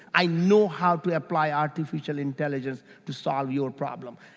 i know how to apply artificial intelligence to solve your problem.